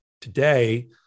Today